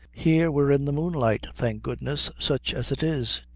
here we're in the moonlight, thank goodness, such as it is.